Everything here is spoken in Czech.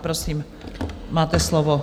Prosím, máte slovo.